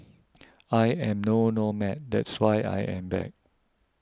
I am no nomad that's why I am back